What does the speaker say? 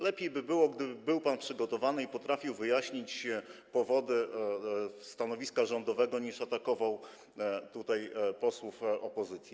Lepiej by było, gdyby był pan przygotowany i potrafił wyjaśnić powody stanowiska rządowego, niż atakował posłów opozycji.